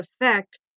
effect